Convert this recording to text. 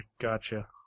gotcha